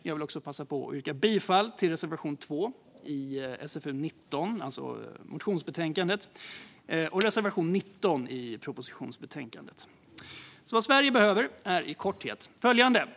Jag vill här passa på att yrka bifall till reservation 2 i SfU19, det vill säga motionsbetänkandet, och till reservation 19 i propositionsbetänkandet. Vad Sverige behöver är i korthet följande.